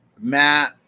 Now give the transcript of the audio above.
Matt